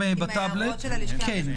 בטאבלט.